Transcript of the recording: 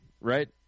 right